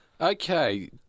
Okay